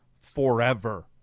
forever